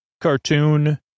cartoon